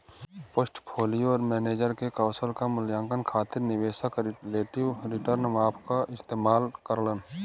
portfolio manager के कौशल क मूल्यांकन खातिर निवेशक रिलेटिव रीटर्न माप क इस्तेमाल करलन